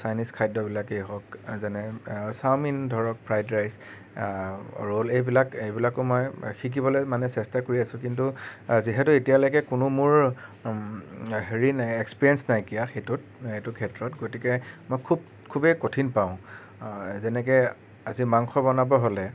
Chinese খাদ্যবিলাকেই হওঁক যেনে ছাউমিন ধৰক ফ্ৰাইড ৰাইচ ৰ'ল এইবিলাক এইবিলাকো মই শিকিবলৈ মানে চেষ্টা কৰি আছো কিন্তু যিহেতু এতিয়ালৈকে কোনো মোৰ হেৰি নাই এক্সপিৰিয়েন্স নাইকিয়া সেইটোত এইটো ক্ষেত্ৰত গতিকে মই খুব খুবেই কঠিন পাওঁ যেনেকৈ আজি মাংস বনাব হ'লে